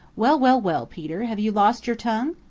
well, well, well, peter, have you lost your tongue?